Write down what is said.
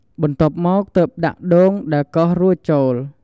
បន្ទាប់មក ទើបដាក់ដូងដែលកោសរួចចូល។